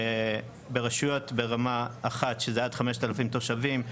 ברשויות ברמה 1 שזה עד 5,000 תושבים,